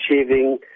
achieving